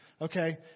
Okay